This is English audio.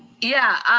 yeah.